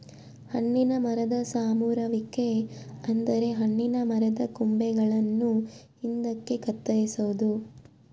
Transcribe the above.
ಹಣ್ಣಿನ ಮರದ ಸಮರುವಿಕೆ ಅಂದರೆ ಹಣ್ಣಿನ ಮರದ ಕೊಂಬೆಗಳನ್ನು ಹಿಂದಕ್ಕೆ ಕತ್ತರಿಸೊದು